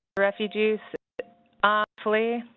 refugees ah flee?